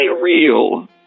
real